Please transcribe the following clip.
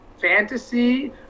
fantasy